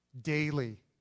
daily